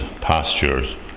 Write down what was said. pastures